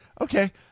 okay